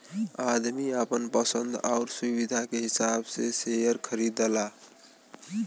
आदमी आपन पसन्द आउर सुविधा के हिसाब से सेअर खरीदला